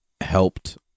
helped